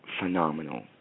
phenomenal